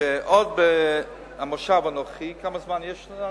שעוד במושב הנוכחי, כמה זמן יש לנו?